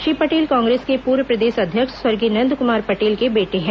श्री पटेल कांग्रेस के पूर्व प्रदेश अध्यक्ष स्वर्गीय नंदकुमार पटेल के बेटे हैं